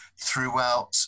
throughout